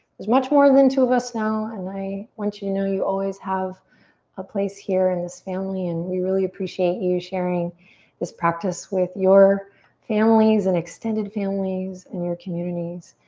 there's much more than two of us now and i want you to know you always have a place here in this family and we really appreciate you sharing this practice with your families and extended families and your communities.